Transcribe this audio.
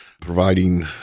providing